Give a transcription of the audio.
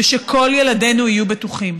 ושכל ילדינו יהיו בטוחים.